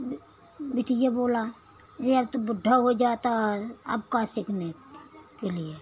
बिटिया बोला जे अब तू बुड्ढा होई जाता अब का सीखने के लिए